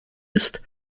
ist